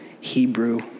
Hebrew